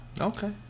Okay